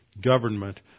government